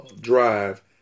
drive